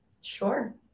Sure